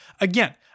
Again